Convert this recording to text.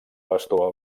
pastor